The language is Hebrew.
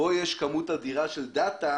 לעומת זאת,